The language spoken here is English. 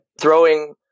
throwing